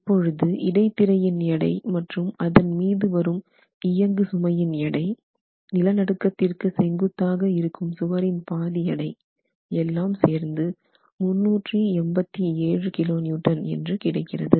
இப்பொழுது இடைத்திரையின் எடை மற்றும் அதன் மீது வரும் இயங்கு சுமையின் எடை நிலநடுக்கத்திற்கு செங்குத்தாக இருக்கும் சுவரின் பாதி எடை எல்லாம் சேர்ந்து 387 kN என்று கிடைக்கிறது